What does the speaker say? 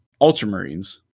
ultramarines